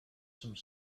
some